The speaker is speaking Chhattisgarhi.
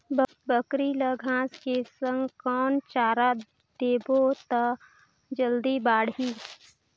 बकरी ल घांस के संग कौन चारा देबो त जल्दी बढाही?